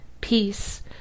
Peace